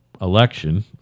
election